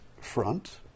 front